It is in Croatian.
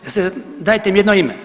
Jeste, dajte mi jedno ime.